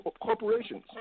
Corporations